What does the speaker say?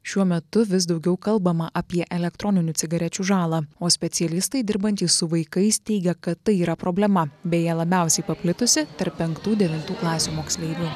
šiuo metu vis daugiau kalbama apie elektroninių cigarečių žalą o specialistai dirbantys su vaikais teigia kad tai yra problema beje labiausiai paplitusi tarp penktų devintų klasių moksleivių